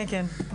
כן, כן.